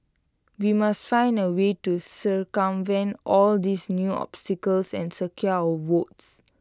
we must find A way to circumvent all these new obstacles and secure votes